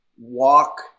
walk